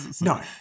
No